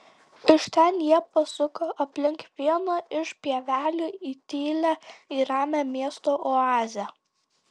iš ten jie pasuko aplink vieną iš pievelių į tylią ir ramią miesto oazę